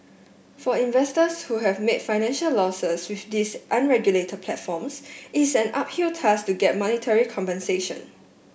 for investors who have made financial losses with these unregulated platforms it's an uphill task to get monetary compensation